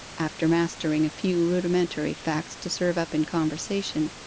after mastering a few rudimentary facts to serve up in conversation.